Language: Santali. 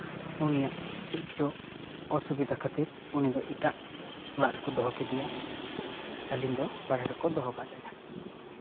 ᱩᱱᱤᱭᱟᱜ ᱪᱮᱫ ᱪᱚ ᱚᱥᱩᱵᱤᱫᱷᱟ ᱠᱷᱟᱹᱛᱤᱨ ᱩᱱᱤ ᱫᱚ ᱮᱴᱟᱜ ᱚᱲᱟᱜ ᱨᱮᱠᱚ ᱫᱚᱦᱚ ᱠᱮᱫᱮᱭᱟ ᱟᱹᱞᱤᱧ ᱫᱚ ᱵᱟᱦᱨᱮ ᱨᱮᱠᱚ ᱫᱚᱦᱚ ᱠᱟᱜ ᱞᱤᱧᱟ